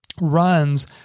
runs